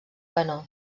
canó